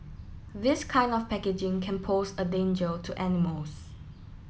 this kind of packaging can pose a danger to animals